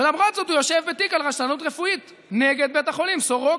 ולמרות זאת הוא יושב בתיק על רשלנות רפואית נגד בית החולים סורוקה.